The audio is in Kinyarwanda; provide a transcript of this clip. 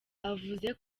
avuze